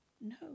No